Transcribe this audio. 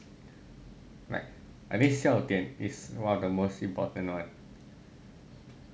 like I think 笑点 is one of the most important one